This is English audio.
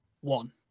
one